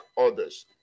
others